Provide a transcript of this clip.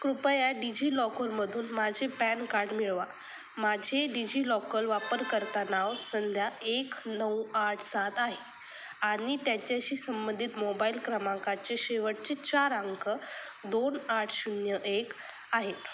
कृपया डिजिलॉकरमधून माझे पॅन कार्ड मिळवा माझे डिजिलॉकर वापरकर्ता नाव संध्या एक नऊ आठ सात आहे आणि त्याच्याशी संबंधित मोबाइल क्रमांकाचे शेवटचे चार अंक दोन आठ शून्य एक आहेत